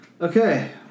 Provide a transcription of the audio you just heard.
Okay